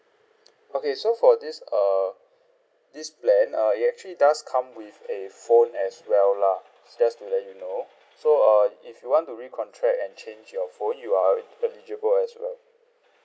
okay so for this err this plan uh it actually does come with a phone as well lah just to let you know so uh if you want to recontract and change your phone you are eligible as well